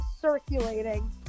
circulating